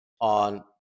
on